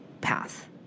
path